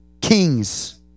kings